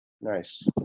Nice